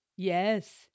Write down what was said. Yes